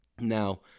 Now